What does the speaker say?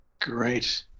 great